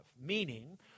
Meaning